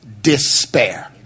despair